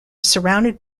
surrounded